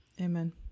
Amen